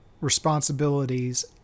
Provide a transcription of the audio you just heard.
responsibilities